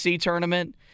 tournament